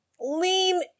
lean